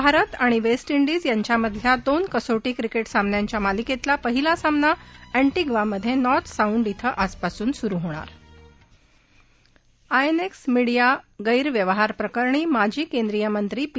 भारत आणि West Indies यांच्यातल्या दोन कसोटी क्रिकेट सामन्यांच्या मालिकेतला पहिला सामना एन्टीग्वामधज्ञिर्थ साउंड इथं आजपासून सुरू होणार आयएनएक्स मीडिया गैर व्यवहारप्रकरणी माजी केंद्रिय मंत्री पी